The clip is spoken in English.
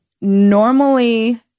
Normally